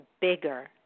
bigger